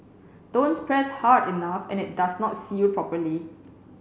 don't press hard enough and it does not seal properly